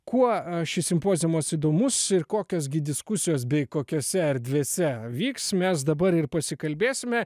kuo šis simpoziumas įdomus ir kokios gi diskusijos bei kokiose erdvėse vyks mes dabar ir pasikalbėsime